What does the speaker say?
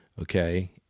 okay